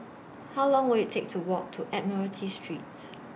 How Long Will IT Take to Walk to Admiralty Streets